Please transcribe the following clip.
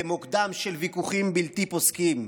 במוקדם של ויכוחים בלתי פוסקים,